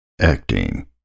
acting